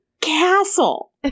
castle